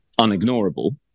unignorable